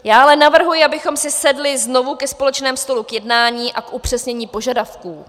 Já ale navrhuji, abychom si sedli znovu ke společnému stolu k jednání a k upřesnění požadavků.